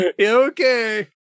Okay